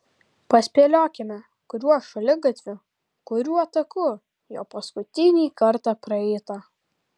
paspėliokime kuriuo šaligatviu kuriuo taku jo paskutinį kartą praeita